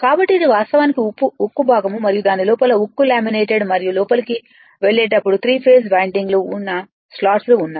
కాబట్టి ఇది వాస్తవానికి ఉక్కు భాగం మరియు దాని లోపల ఉక్కు లామినేటెడ్ మరియు లోపలకి వెళ్ళేటప్పుడు త్రీ ఫేస్ వైండింగ్ లు ఉన్న స్లాట్లు ఉన్నాయి